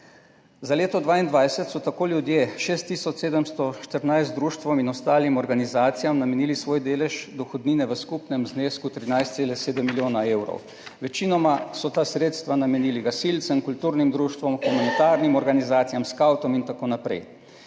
Za leto 2022 so tako ljudje 6 tisoč 714 društvom in ostalim organizacijam namenili svoj delež dohodnine v skupnem znesku 13,7 milijona evrov. Večinoma so ta sredstva namenili gasilcem, kulturnim društvom, humanitarnim organizacijam, skavtom in tako naprej.